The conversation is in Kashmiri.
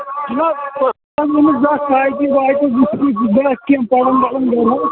جِناب بنٲمٕژ زانٛہہ کاپی واپی وٕچھہا کینٛہہ ما چھُ پَرُن وَرُن